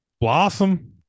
Blossom